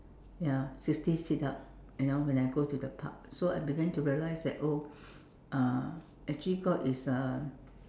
ya sixty sit up you know when I go to the park so I began to realise that oh uh actually God is uh